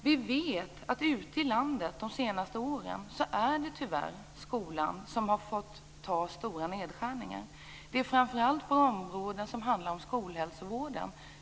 Vi vet att det ute i landet under de senaste åren tyvärr har varit skolan som har fått ta de stora nedskärningarna, framför allt gäller det skolhälsovården.